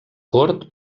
cort